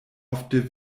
ofte